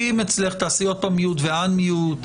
שתינתן לה שהות להיוועץ בכל עורך דין או בסיוע המשפטי,